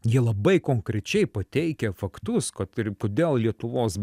jie labai konkrečiai pateikia faktus kad ir kodėl lietuvos